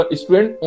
student